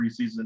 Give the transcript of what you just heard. preseason